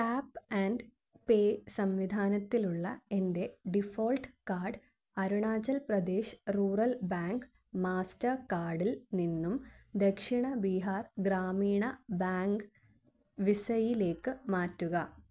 tap and pay സംവിധാനത്തിലുള്ള എൻ്റെ default card Arunachal Pradesh rural bank മാസ്റ്റർകാർഡിൽനിന്നും ദക്ഷിണ ബിഹാർ ഗ്രാമീണ ബാങ്ക് വിസയിലേക്ക് മാറ്റുക